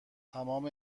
تمام